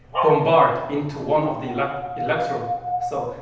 bombard into one of the like electron. so,